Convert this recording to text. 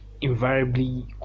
invariably